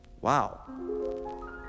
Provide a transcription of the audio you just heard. Wow